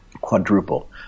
Quadruple